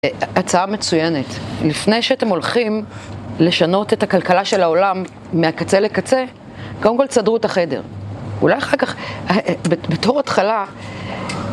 הצעה מצוינת. לפני שאתם הולכים לשנות את הכלכלה של העולם מהקצה לקצה, קודם כל תסדרו את החדר. אולי אחר-כך, בתור התחלה...